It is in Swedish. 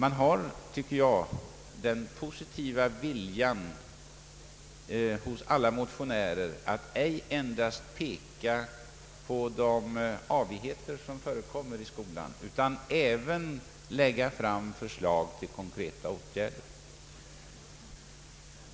Aila motionärer har haft den positiva viljan att ej endast peka på de avarter som förekommer i skolan utan även framlagt förslag till konkreta åtgärder.